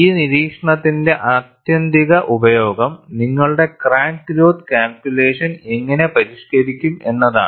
ഈ നിരീക്ഷണത്തിന്റെ ആത്യന്തിക ഉപയോഗം നിങ്ങളുടെ ക്രാക്ക് ഗ്രോത്ത് കാൽക്കുലേഷൻ എങ്ങനെ പരിഷ്കരിക്കും എന്നതാണ്